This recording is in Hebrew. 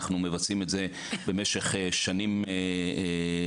אנחנו מבצעים את זה במשך שנים רבות,